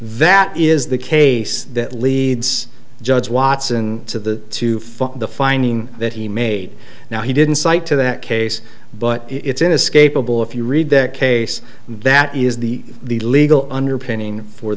that is the case that leads judge watson to the to follow the finding that he made now he didn't cite to that case but it's inescapable if you read that case that is the legal underpinning for